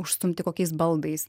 užstumti kokiais baldais